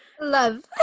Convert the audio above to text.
Love